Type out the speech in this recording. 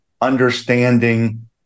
understanding